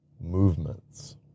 movements